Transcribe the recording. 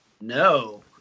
No